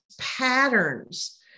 patterns